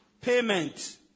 payment